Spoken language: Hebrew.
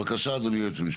בבקשה, אדוני היועץ המשפטי.